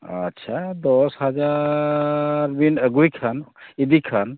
ᱟᱪᱪᱷᱟ ᱫᱚᱥ ᱦᱟᱡᱟᱨᱻ ᱵᱤᱱ ᱟᱹᱜᱩᱭ ᱠᱷᱟᱱ ᱤᱫᱤᱭ ᱠᱷᱟᱱ